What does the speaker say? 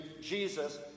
Jesus